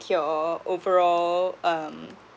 your overall um